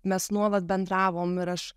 mes nuolat bendravom ir aš